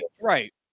right